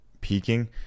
peaking